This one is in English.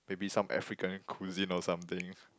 maybe some African cuisine or something